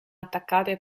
attaccate